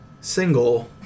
single